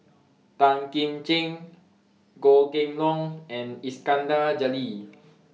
Tan Kim Ching Goh Kheng Long and Iskandar Jalil